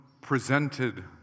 presented